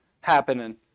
happening